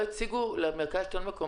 אולי למשרד התשתיות יש,